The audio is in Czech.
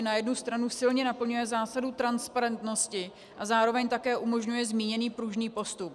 Na jednu stranu silně naplňuje zásadu transparentnosti a zároveň také umožňuje zmíněný pružný postup.